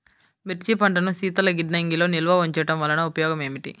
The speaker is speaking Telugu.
మిర్చి పంటను శీతల గిడ్డంగిలో నిల్వ ఉంచటం వలన ఉపయోగం ఏమిటి?